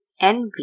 envy